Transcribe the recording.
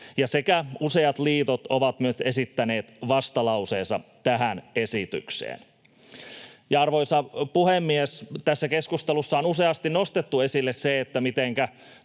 myös useat liitot ovat esittäneet vastalauseensa tähän esitykseen. Arvoisa puhemies! Tässä keskustelussa on useasti nostettu esille se, mitenkä